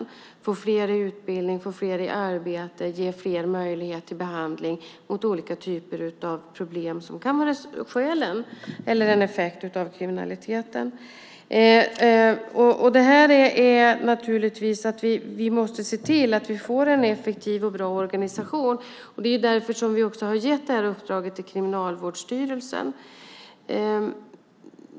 Vi måste få fler i utbildning, få fler i arbete och ge fler möjlighet till behandling för olika typer av problem som kan vara ett skäl till eller en effekt av kriminaliteten. Vi måste se till att vi får en effektiv och bra organisation. Det är också därför vi har gett uppdraget till Kriminalvårdsstyrelsen.